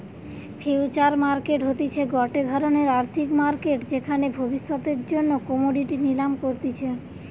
future market হতিছে গটে ধরণের আর্থিক মার্কেট যেখানে ভবিষ্যতের জন্য কোমোডিটি নিলাম করতিছে